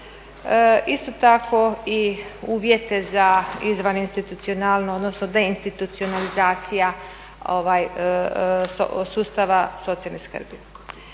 isto tako i uvjete za izvaninstitucionalnu odnosno deinstitucionalizacija sustava socijalne skrbi.